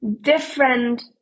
Different